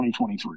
2023